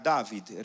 David